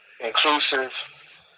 inclusive